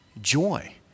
joy